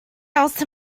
else